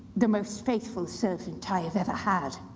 the most faithful servant i have ever had.